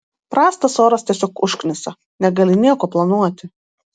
prastas oras tiesiog užknisa negali nieko planuoti